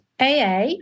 AA